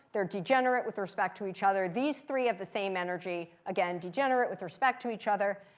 they're degenerate with respect to each other. these three of the same energy, again, degenerate with respect to each other.